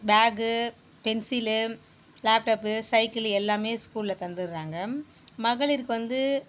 bag pencil laptop cycle எல்லாமே ஸ்கூலில் தந்துடுறாங்க மகளிருக்கு வந்து